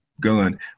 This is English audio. gun